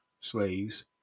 slaves